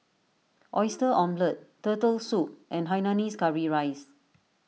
Oyster Omelette Turtle Soup and Hainanese Curry Rice